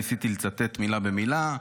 ניסיתי לצטט מילה במילה,